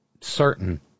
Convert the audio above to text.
certain